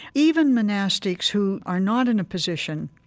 even monastics who are not in a position,